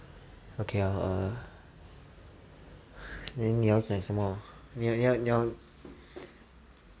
okay ah err then 你要讲什么你要你要你要